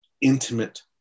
intimate